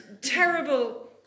terrible